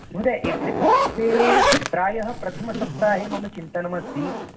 महोदये एप्रिल् मासे प्रायः प्रथमसप्ताहे मम चिन्तनमस्ति